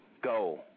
Go